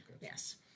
Yes